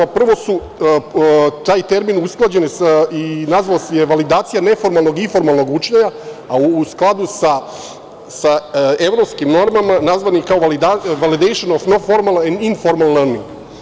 Prvo je taj termin usklađen i nazvan je validacija neformalnog i informalnog učenja, a u skladu sa evropskim normama nazvan je validation of non-formal and informal learning.